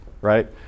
right